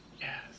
Yes